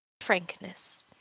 frankness